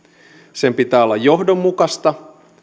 sen pitää olla johdonmukaista